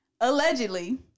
allegedly